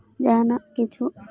ᱡᱟᱦᱟᱱᱟᱜ ᱠᱤᱪᱷᱩ